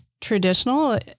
traditional